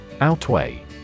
Outweigh